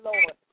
Lord